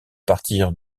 partir